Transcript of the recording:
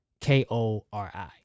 K-O-R-I